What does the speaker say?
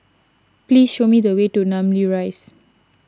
please show me the way to Namly Rise